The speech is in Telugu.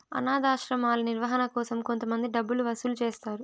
అనాధాశ్రమాల నిర్వహణ కోసం కొంతమంది డబ్బులు వసూలు చేస్తారు